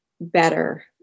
better